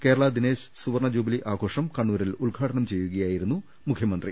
കേരള ദിനേശ് സുവർണ്ണ ജൂബിലി ആഘോഷം കണ്ണൂരിൽ ഉദ്ഘാടനം ചെയ്യുകയായിരുന്നു മുഖ്യമന്ത്രി